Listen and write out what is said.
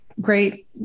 great